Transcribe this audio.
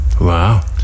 Wow